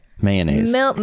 Mayonnaise